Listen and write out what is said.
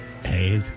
Hey